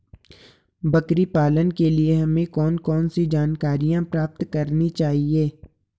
बकरी पालन के लिए हमें कौन कौन सी जानकारियां प्राप्त करनी चाहिए?